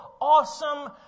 awesome